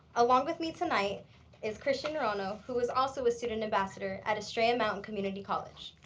along with me tonight is christian ruano, who is also a student ambassador at estrella mountain community college.